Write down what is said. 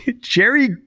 Jerry